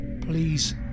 Please